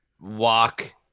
walk